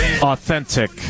Authentic